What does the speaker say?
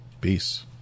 Peace